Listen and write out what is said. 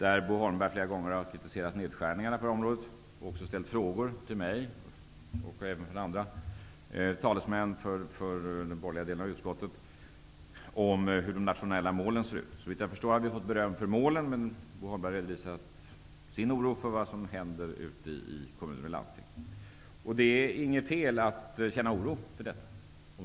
Bo Holmberg har flera gånger kritiserat nedskärningarna inom kommunerna och landstingen och ställt frågor till mig och till talesmän för den borgerliga delen av utskottet om hur de nationella målen ser ut. Såvitt jag förstår har vi fått beröm för målen, men Bo Holmberg redovisar sin oro för vad som händer ute i kommuner och landsting. Det är inte något fel att känna oro inför detta.